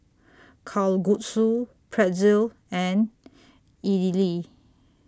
Kalguksu Pretzel and Idili